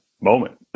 moment